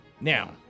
Now